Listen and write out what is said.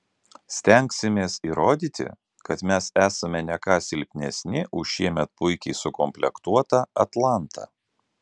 stengsimės įrodyti kad mes esame ne ką silpnesnį už šiemet puikiai sukomplektuotą atlantą